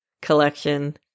Collection